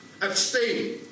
abstain